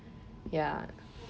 ya